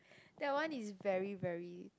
that one is very very